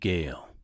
Gale